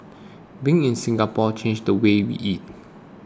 being in Singapore changed the way we eat